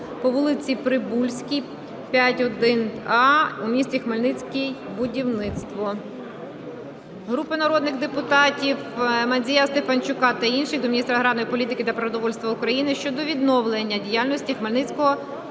по вулиці Прибузькій, 5/1-а в місті Хмельницький-будівництво". Групи народних депутатів (Мандзія, Стефанчука та інших) до міністра аграрної політики та продовольства України щодо відновлення діяльності Хмельницького